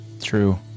True